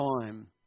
time